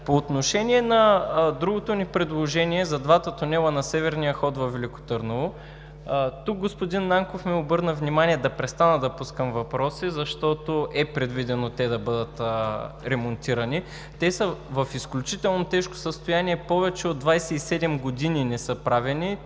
По отношение на другото ни предложение – за двата тунела на северния вход във Велико Търново. Тук господин Нанков ми обърна внимание да престана да пускам въпроси, защото е предвидено да бъдат ремонтирани. Те са в изключително тежко състояние, повече от 27 години не са правени,